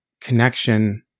connection